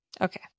Okay